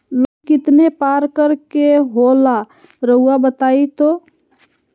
Loan कितने पारकर के होला रऊआ बताई तो?